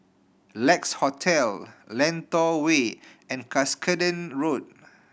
Lex Hotel Lentor Way and Cuscaden Road